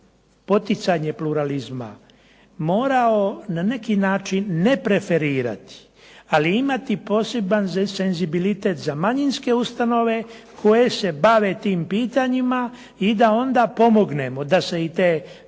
poticanje pluralizma morao na neki način ne preferirati, ali imati poseban senzibilitet za manjinske ustanove koje se bave tim pitanjima i da onda pomognemo da se i te